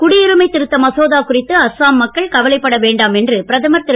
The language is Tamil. குடியுரிமை திருத்த மசோதா குறித்து அஸ்ஸாம் மக்கள் கவலைப்பட வேண்டாம் என்று பிரதமர் திரு